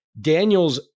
Daniel's